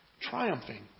triumphing